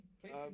please